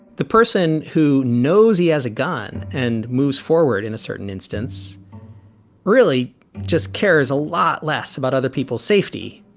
the person who knows he has a gun and moves forward in a certain instance really just cares a lot less about other people's safety.